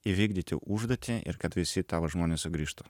įvykdyti užduotį ir kad visi tavo žmonės sugrįžtų